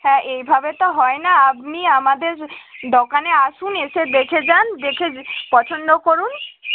হ্যাঁ এইভাবে তো হয় না আপনি আমাদের দোকানে আসুন এসে দেখে যান দেখে পছন্দ করুন